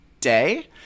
day